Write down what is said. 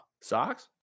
Socks